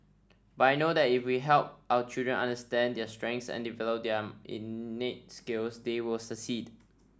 but I know that if we help our children understand their strengths and develop their innate skills they will succeed